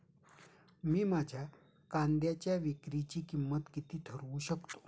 मी माझ्या कांद्यांच्या विक्रीची किंमत किती ठरवू शकतो?